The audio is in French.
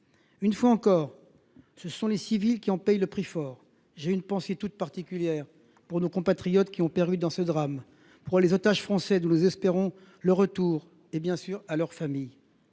Une fois encore, ce sont les civils qui payent le prix fort. J’ai une pensée toute particulière pour nos compatriotes qui ont péri dans ce drame, pour les otages français, dont nous espérons le retour, et, bien sûr, pour leurs familles.